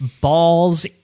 balls